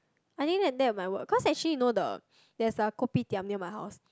I think then that it might work cause actually you know the there's like a kopitiam near my house